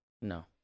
No